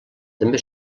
també